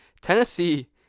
Tennessee